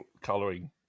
colouring